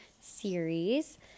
series